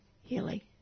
Healy